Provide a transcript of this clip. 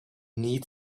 need